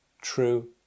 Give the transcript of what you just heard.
true